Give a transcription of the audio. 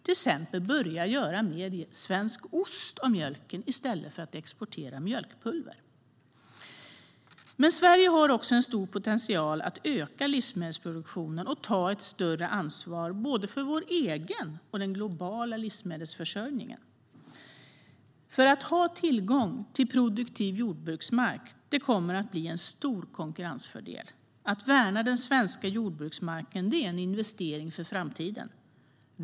Till exempel kan vi börja göra mer svensk ost av mjölken i stället för att exportera mjölkpulver. Men Sverige har också en stor potential att öka livsmedelsproduktionen och ta ett större ansvar för både vår egen och den globala livsmedelsförsörjningen. Att ha tillgång till produktiv jordbruksmark kommer att bli en stor konkurrensfördel. Att värna den svenska jordbruksmarken är en investering för framtiden.